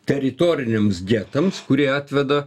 teritoriniams getams kurie atveda